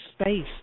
space